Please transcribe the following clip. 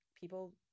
people